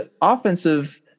offensive